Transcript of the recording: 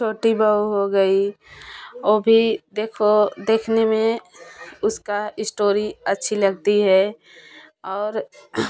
छोटी बहू हो गई ओ भी देखो देखने में उसका स्टोरी अच्छी लगती है और